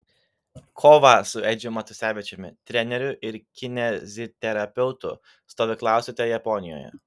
kovą su edžiu matusevičiumi treneriu ir kineziterapeutu stovyklausite japonijoje